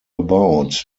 about